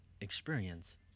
experience